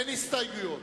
אין הסתייגויות.